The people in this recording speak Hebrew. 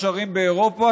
יש ערים באירופה,